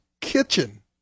kitchen